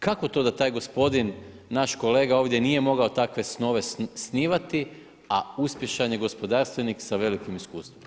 Kako to da taj gospodin, naš kolega ovdje nije mogao takve snove snivati a uspješan je gospodarstvenik sa velikim iskustvom?